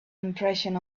impression